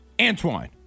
Antoine